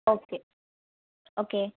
okay okay